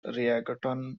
reggaeton